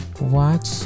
watch